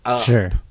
sure